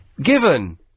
Given